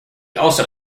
also